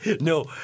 No